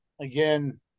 again